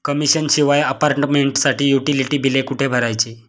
Commission शिवाय अपार्टमेंटसाठी utility बिले कुठे भरायची?